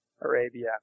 Arabia